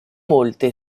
molte